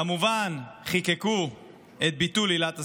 כמובן, חוקקו את ביטול עילת הסבירות,